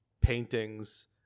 paintings